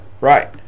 Right